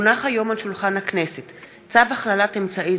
כי הונח היום על שולחן הכנסת צו הכללת אמצעי